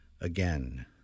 again